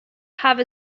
have